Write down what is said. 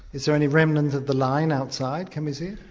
is there any remnant of the line outside, can we see